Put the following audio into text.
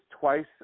twice